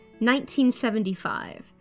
1975